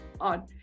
on